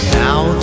now